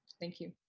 thank you.